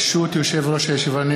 ברשות יושב-ראש הישיבה,